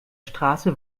straße